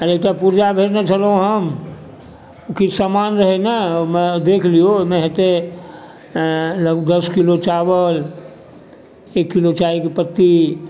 काल्हि एकटा पूर्जा भेजने छलहुँ हम किछु सामान रहै ने ओहिमे देख लियौ ओहिमे हेतै लगभग दस किलो चावल एक किलो चायके पत्ती